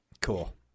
Cool